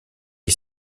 est